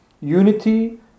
Unity